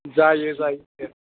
जायो जायो